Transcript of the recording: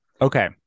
Okay